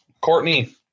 Courtney